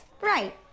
Right